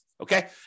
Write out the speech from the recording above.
Okay